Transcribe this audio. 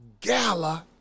Gala